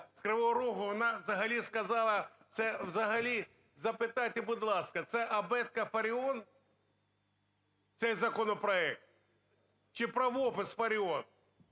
з Кривого Рогу, вона взагалі сказала, це взагалі, запитайте, будь ласка, це абетка Фаріон, цей законопроект, чи правопис Фаріон,